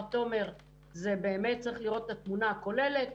תומר גוטהלף באמת צריך לראות את התמונה הכוללת.